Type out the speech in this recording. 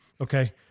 Okay